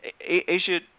Asia